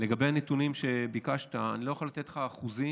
לגבי הנתונים שביקשת, אני לא יכול לתת לך אחוזים,